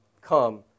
come